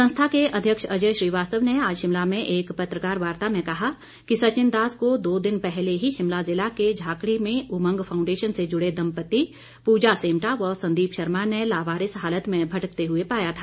संस्था के अध्यक्ष अजय श्रीवास्तव ने आज शिमला में एक पत्रकार वार्ता में कहा कि सचिनदास को दो दिन पहले ही शिमला जिला के झाकड़ी में उमंग फाउंडेशन से जुड़े दंपत्ति पूजा सेमटा व संदीप शर्मा ने लावारिस हालत में भटकते हुए पाया था